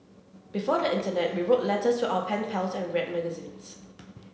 before the internet we wrote letters to our pen pals and read magazines